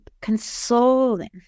consoling